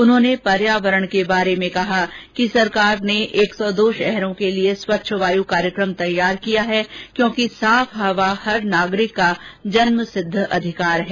उन्होंने पर्यावरण के बारे में कहा कि सरकार ने एक सौ दो शहरों के लिए स्वच्छ वाय कार्यक्रम तैयार किया है क्योंकि साफ हवा हर नागरिक का जन्मसिद्ध अधिकार है